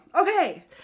Okay